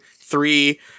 three